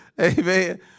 Amen